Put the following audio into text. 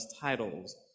titles